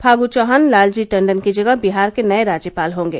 फागू चौहान लालजी टंडन की जगह बिहार के नए राज्यपाल होंगे